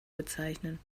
bezeichnen